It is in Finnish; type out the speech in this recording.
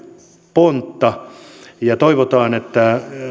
pontta ja toivotaan että